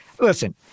listen